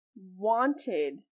wanted